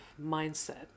mindset